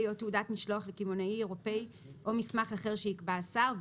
או תעודת משלוח לקמעונאי אירופי או מסמך אחר שיקבע השר,